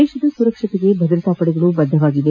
ದೇಶದ ಸುರಕ್ಷತೆಗೆ ಭದ್ರತಾ ಪಡೆಗಳು ಬದ್ಧವಾಗಿವೆ